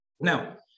Now